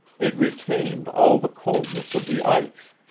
it retained all the coldness of the ice.